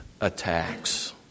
attacks